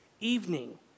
evening